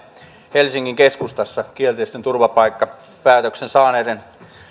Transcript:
helsingin keskustassa kielteisen turvapaikkapäätöksen saaneiden